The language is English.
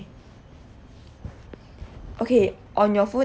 okay on your phone